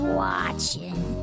watching